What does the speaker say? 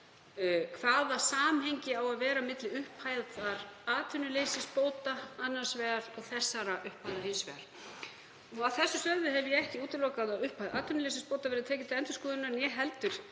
Hvaða samhengi á að vera milli upphæðar atvinnuleysisbóta annars vegar og þeirra upphæða hins vegar? Að því sögðu hef ég hvorki útilokað að upphæð atvinnuleysisbóta verði tekin til endurskoðunar né heldur